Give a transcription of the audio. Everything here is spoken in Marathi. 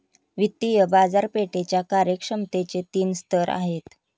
वित्तीय बाजारपेठेच्या कार्यक्षमतेचे तीन स्तर आहेत